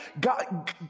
God